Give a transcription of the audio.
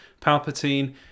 Palpatine